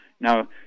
Now